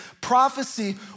Prophecy